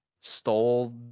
stole